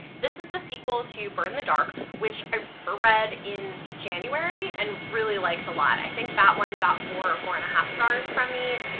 this is the sequel to burn the dark which i read in january and really liked a lot. i think that one got four or four and a half stars from me.